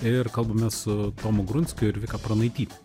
ir kalbamės su tomu grunskiu ir vika pranaityte